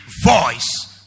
voice